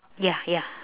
ya ya